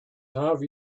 have